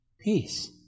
Peace